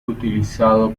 utilizado